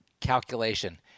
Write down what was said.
calculation